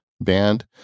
band